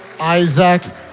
Isaac